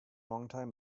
longtime